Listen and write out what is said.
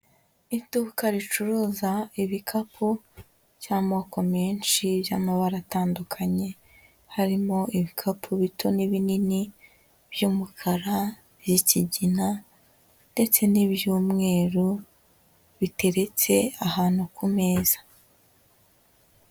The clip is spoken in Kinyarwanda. Iduka ricuruza ibikapu by'amoko menshi, by'amabara atandukanye harimo ibikapu bito n'ibinini by'umukara n'ikigina ndetse n'iby'umweru biteretse ahantu ku meza.